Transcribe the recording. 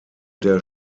der